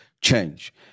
change